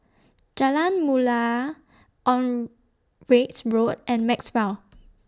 Jalan Mulia Onraet's Road and Maxwell